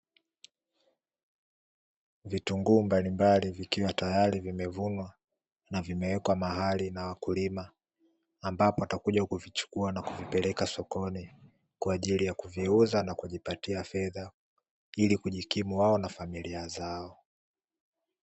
Vitunguu mbalimbali vikiwa tayari vimevunwa na nimewekwa mahali na wakulima ambapo watakuja kuvichukua na kupeleka sokoni kwa ajili ya kuviuza na kujipatia fedha ili kujikimu wao na familia zao.